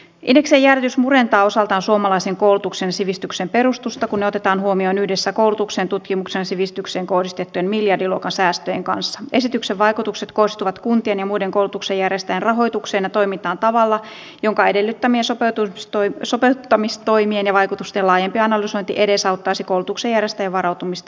miksei järkeismurentaa osaltaan suomalaisen koulutuksen sivistyksen perustusta kun otetaan huomioon yhdessä koulutuksen tutkimuksen sivistykseen kohdistettujen miljardiluokan säästöjen kanssa esityksen vaikutukset koostuvat rahoitukseen ja toimintaan tavalla jonka edellyttämien sopeuttamistoimien ja vaikutusten laajempi analysointi edesauttaisi koulutuksen järjestäjien varautumista muutokseen